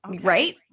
Right